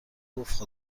گفت